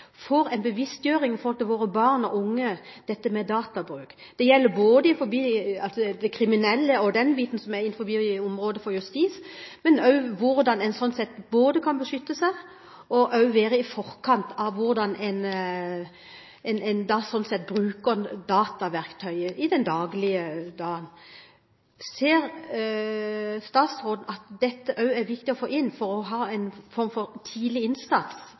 en bevisstgjøring av barn og unge når det gjelder databruk. Det gjelder både med hensyn til det kriminelle og den biten som er innenfor området for justis, hvordan en både kan beskytte seg og være i forkant av hvordan en bruker dataverktøyet i det daglige. Ser statsråden at dette også er viktig å få inn for å ha en form for tidlig innsats